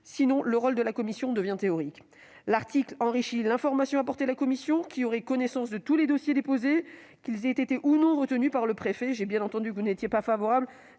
défaut, le rôle de la commission deviendrait théorique. Cet article enrichit l'information apportée à la commission, qui aura connaissance de tous les dossiers déposés, qu'ils aient été ou non retenus par le préfet. J'ai bien entendu que vous n'y étiez pas favorable,